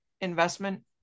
investment